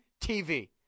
TV